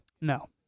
No